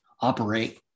operate